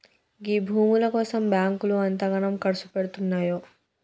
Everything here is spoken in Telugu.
గీ భూముల కోసం బాంకులు ఎంతగనం కర్సుపెడ్తున్నయో